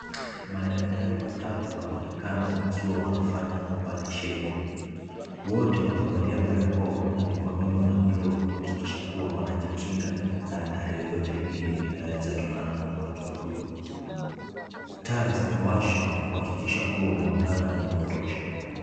Madaktari watatu wanaonekana wakiwa wanafanya opereseheni. Wote wamevalia barakoa na mikononi wana glovu kuhakikisha kuwa wanajikinga na athari yoyote ile inaweza tokana na mgonjwa huyu. Taa zimewashwa kuhakikisha kuwa mwangaza ni wa kutosha.